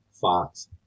Fox